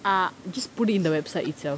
ah just put it in the website itself